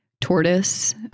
Tortoise